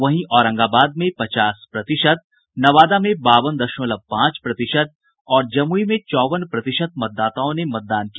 वहीं औरंगाबाद में पचास प्रतिशत नवादा में बावन दशमलव पांच प्रतिशत और जमुई में चौवन प्रतिशत मतदाताओं ने मतदान किया